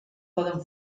poden